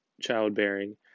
childbearing